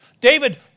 David